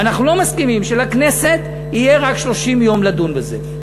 ואנחנו לא מסכימים שלכנסת יהיו רק 30 יום לדון בזה.